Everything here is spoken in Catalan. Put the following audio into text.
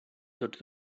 tots